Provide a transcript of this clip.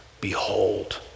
Behold